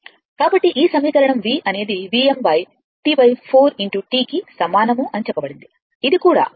కాబట్టి ఈ సమీకరణం v అనేది Vm T 4 T కి సమానం అని చెప్పబడింది ఇది కూడా ఇదే